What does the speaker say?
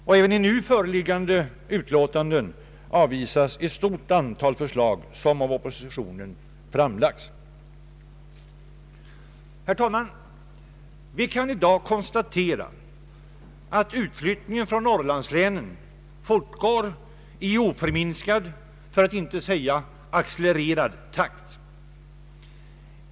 Också i nu föreliggande utlåtanden avvisas ett stort antal förslag som framlagts av oppositionen. Herr talman! Vi kan i dag konstatera att utflyttningen från Norrlandslänen fortgår i oförminskad, för att inte säga accelererad, takt.